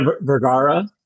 Vergara